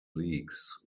leagues